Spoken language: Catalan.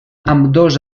ambdós